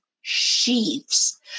sheaths